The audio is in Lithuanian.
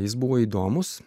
jis buvo įdomus